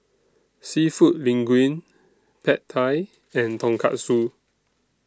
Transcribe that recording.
Seafood Linguine Pad Thai and Tonkatsu